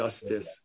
justice